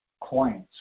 Coins